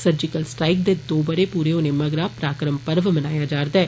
surgical strike दे दो बरे पूरे होने मगरा पराक्रम पर्व मनाया जारदा ऐ